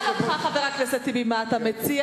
אני אשאל אותך, חבר הכנסת טיבי, מה אתה מציע.